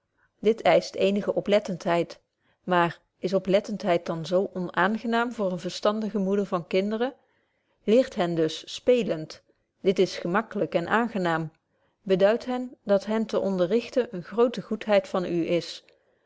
dit eischt eenige oplettenheid maar is oplettenheid dan zo onaangenaam voor eene verstandige moeder van kinderen leert hen dus speelend dit is maklyk en aangenaam beduidt hen dat hen te onderrichten eene groote goedheid van u is